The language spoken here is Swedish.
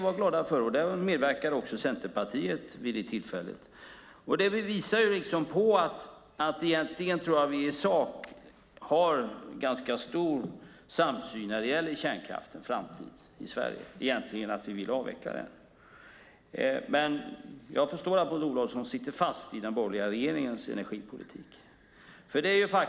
Centerpartiet medverkade också vid det tillfället. I sak tror jag att vi har ganska stor samsyn när det gäller kärnkraftens framtid i Sverige. Vi vill avveckla den. Maud Olofsson sitter dock fast i den borgerliga regeringens energipolitik.